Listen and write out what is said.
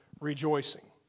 rejoicing